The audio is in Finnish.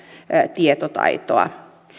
tietotaitoa